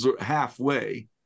halfway